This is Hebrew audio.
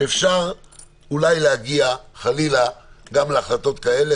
אפשר אולי להגיע חלילה גם להחלטות כאלה,